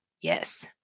Yes